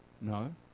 No